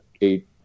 eight